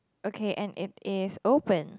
okay and it is open